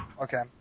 Okay